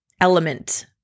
Element